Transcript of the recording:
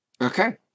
Okay